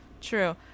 true